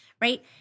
Right